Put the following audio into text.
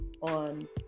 on